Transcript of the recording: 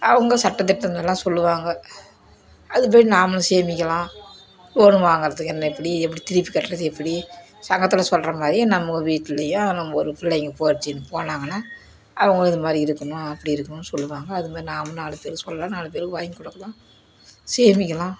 அவங்க சட்டத்திட்டங்கள்லாம் சொல்லுவாங்க அதுமாரி நாமளும் சேமிக்கலாம் லோன் வாங்குறத்துக்கு என்ன எப்படி எப்படி திருப்பி கட்டுறது எப்படி சங்கத்தில் சொல்கிற மாதிரி நம்ம வீட்லேயும் நம்ம ஒரு பிள்ளைங்க படித்துன்னு போனாங்கன்னால் அவங்களும் இதுமாதிரி இருக்கணும் அப்படி இருக்கணுன்னு சொல்லுவாங்க அதுமாதிரி நாமளும் நாலு பேருக்கு சொல்லலாம் நாலு பேருக்கு வாங்கி கொடுக்கலாம் சேமிக்கலாம்